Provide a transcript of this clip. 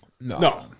No